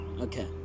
Okay